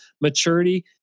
maturity